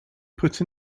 put